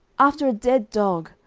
after a dead dog,